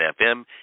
FM